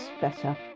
better